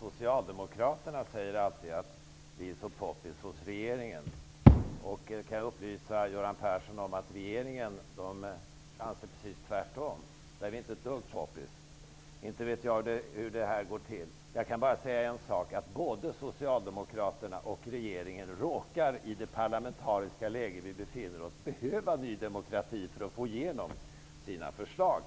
Socialdemokraterna alltid säger att Ny demokrati är så poppis hos regeringen. Jag kan upplysa Göran Persson om att regeringen anser precis tvärtom. Vi är inte ett dugg poppis. Jag vet inte hur detta går till. Men både Socialdemokraterna och regeringen råkar i det parlamentariska läge vi nu befinner oss i behöva Ny demokrati för att få igenom sina förslag.